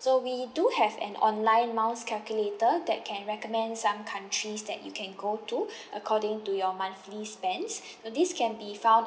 so we do have an online miles calculator that can recommend some countries that you can go to according to your monthly spends this can be found